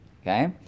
okay